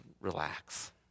relax